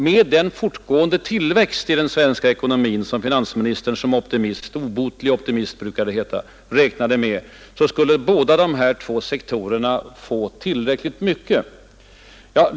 Med den fortgående tillväxt i den svenska ekonomin som finansministern såsom obotlig optimist, som det brukar heta, räknade med skulle var och en av dessa båda sektorer få tillräckligt mycket.